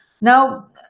Now